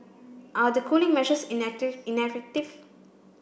are the cooling measures ineffective